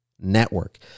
Network